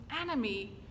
enemy